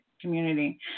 community